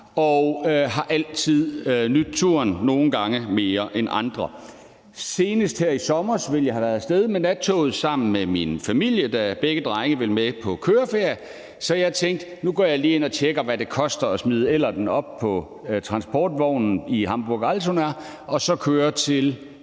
og har altid nydt turen, nogle gange mere end andre. Senest her i sommers ville jeg have været af sted med nattoget sammen med min familie, da begge drenge ville med på køreferie. Så jeg tænkte, at nu går jeg lige ind og tjekker, hvad det koster at smide Ellerten op på transportvognen i Hamburg-Altona og så køre til